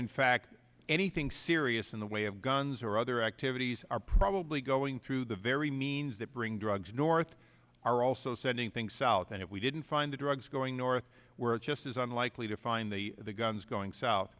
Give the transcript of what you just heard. in fact anything serious in the way of guns or other activities are probably going through the very means that bring drugs north are also sending things out and if we didn't find the drugs going north where it just isn't likely to find the the guns going south